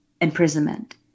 imprisonment